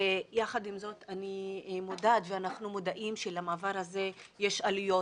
יחד עם זאת אני מודעת ואנחנו מודעים שלמעבר הזה יש עלויות.